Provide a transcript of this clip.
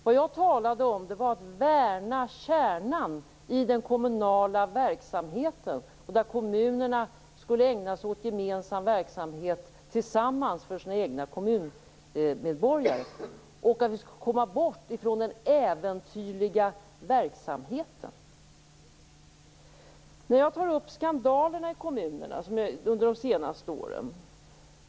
Vad jag talade om var att man skulle värna kärnan i den kommunala verksamheten, att kommunerna tillsammans borde ägna sig åt gemensam verksamhet för sina kommunmedborgare och att man skulle komma bort från den äventyrliga verksamheten. Jag tog upp de senaste årens skandaler i kommunerna.